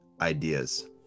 ideas